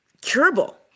curable